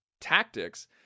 tactics